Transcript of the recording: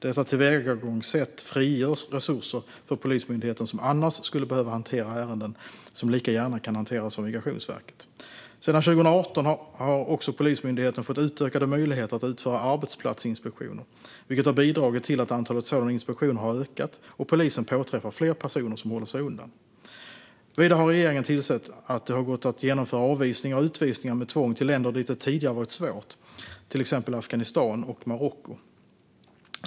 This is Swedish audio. Detta tillvägagångssätt frigör resurser för Polismyndigheten, som annars skulle behöva hantera ärenden som lika gärna kan hanteras av Migrationsverket. Sedan 2018 har också Polismyndigheten fått utökade möjligheter att utföra arbetsplatsinspektioner, vilket har bidragit till att antalet sådana inspektioner har ökat och att polisen påträffar fler personer som håller sig undan. Vidare har regeringen tillsett att det har gått att genomföra avvisningar och utvisningar med tvång till länder dit det tidigare varit svårt, till exempel Afghanistan och Marocko.